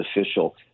official